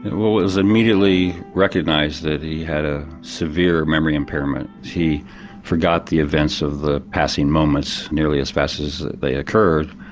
well it was immediately recognised that he had a severe memory impairment. he forgot the events of the passing moments nearly as fast as they occurred,